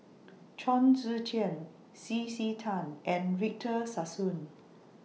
Chong Tze Chien C C Tan and Victor Sassoon